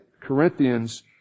Corinthians